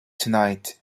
tonight